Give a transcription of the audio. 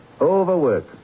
Overwork